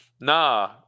Nah